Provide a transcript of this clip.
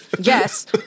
yes